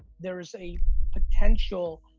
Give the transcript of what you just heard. there is a potential,